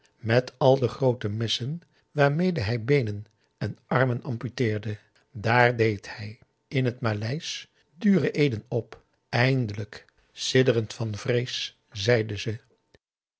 met al de groote messen waarmede hij beenen en armen amputeerde dààr deed hij in het maleisch dure eeden op eindelijk sidderend van vrees zeide ze